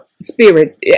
spirits